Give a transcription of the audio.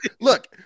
look